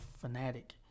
fanatic